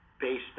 based